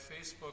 Facebook